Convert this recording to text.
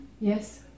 Yes